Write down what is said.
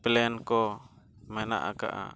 ᱠᱚ ᱢᱮᱱᱟᱜ ᱠᱟᱫᱟ